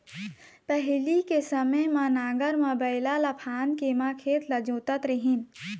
पहिली के समे म नांगर म बइला ल फांद के म खेत ल जोतत रेहेन